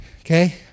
Okay